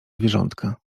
zwierzątka